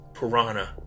piranha